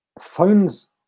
phones